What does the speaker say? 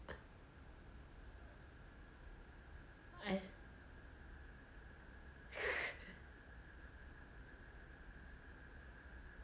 I